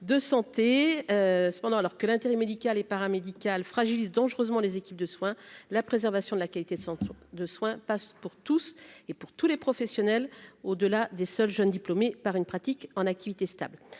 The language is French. de santé cependant, alors que l'intérêt médical et paramédical fragilise dangereusement les équipes de soins, la préservation de la qualité de centre de soins passe pour tous et pour tous les professionnels, au-delà des seuls jeunes diplômés par une pratique en activité stable